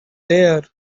there